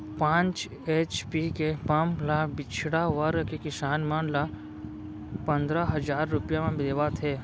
पांच एच.पी के पंप ल पिछड़ा वर्ग के किसान मन ल पंदरा हजार रूपिया म देवत हे